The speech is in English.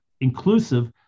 inclusive